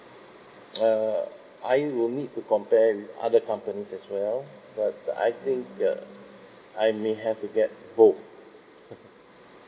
err I will need to compare with other companies as well but I think uh I may have to get vote